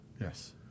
Yes